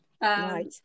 Right